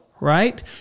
Right